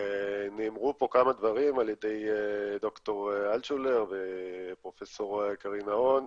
נאמרו פה כמה דברים על ידי ד"ר אלטשולר ופרופ' קרין נהון,